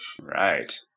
Right